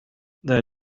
they